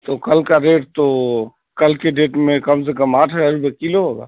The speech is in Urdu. تو کل کا ریٹ تو کل کے ڈیٹ میں کم سے کم آٹھ ہزار روپے کلو ہوگا